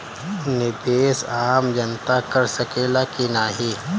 निवेस आम जनता कर सकेला की नाहीं?